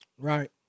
Right